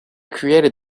created